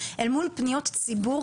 אל מול פניות ציבור,